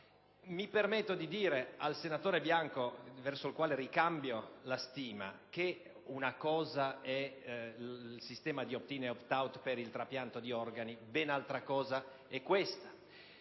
mi permetto di dire al senatore Bianco, nei cui confronti ricambio la stima, che una cosa è il sistema di *opt-in* e *opt-out* per il trapianto di organi, ben altra cosa, invece,